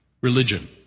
religion